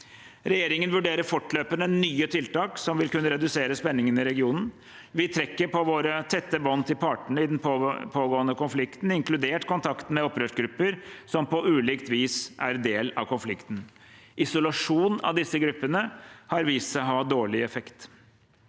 Regjeringen vurderer fortløpende nye tiltak som vil kunne redusere spenningen i regionen. Vi trekker på våre tette bånd til partene i den pågående konflikten, inkludert kontakten med opprørsgrupper, som på ulikt vis er del av konflikten. Isolasjon av disse gruppene har vist seg å ha dårlig effekt.